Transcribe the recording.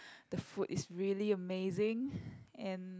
the food is really amazing and